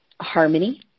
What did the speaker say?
Harmony